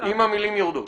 אם המילים יורדות?